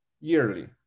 yearly